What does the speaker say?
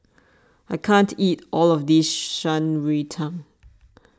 I can't eat all of this Shan Rui Tang